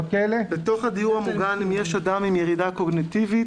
בתוך הדיור המוגן אם יש אדם עם ירידה קוגניטיבית,